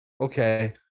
Okay